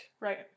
Right